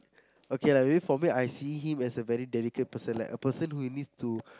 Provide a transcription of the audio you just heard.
okay lah maybe for me I see him as a very delicate person like a person who needs to